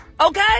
Okay